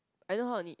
I know how to knit